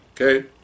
Okay